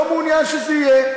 לא מעוניין שזה יהיה.